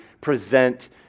present